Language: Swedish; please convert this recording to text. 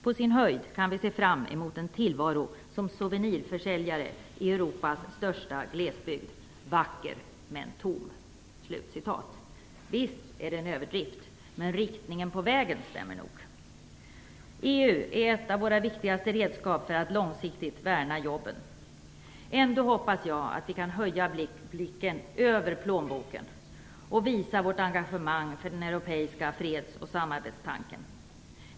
På sin höjd kan vi se fram emot en tillvaro som souvenirförsäljare i Europas största glesbygd, vacker men tom." Visst är det en överdrift, men riktningen på vägen stämmer nog. EU är ett av våra viktigaste redskap för att långsiktigt värna jobben. Ändå hoppas jag att vi kan höja blicken över plånboken och visa vårt engagemang för den europeiska freds och samarbetstanken.